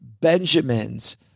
Benjamins